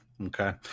Okay